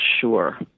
sure